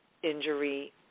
injury